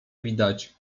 widać